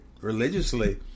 religiously